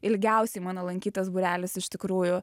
ilgiausiai mano lankytas būrelis iš tikrųjų